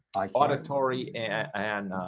like auditory and